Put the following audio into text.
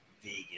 vegan